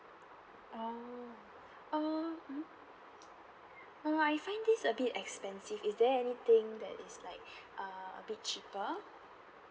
orh uh hmm uh I find this a bit expensive is there anything that is like uh a bit cheaper